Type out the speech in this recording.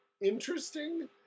interesting